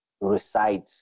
recite